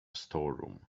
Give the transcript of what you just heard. storeroom